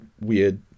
weird